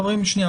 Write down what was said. חברים, שנייה.